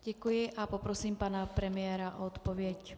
Děkuji a poprosím pana premiéra o odpověď.